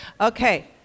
Okay